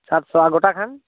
ᱥᱟᱛᱥᱚ ᱟᱨ ᱜᱚᱴᱟ ᱠᱷᱟᱱ